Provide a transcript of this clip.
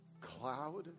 cloud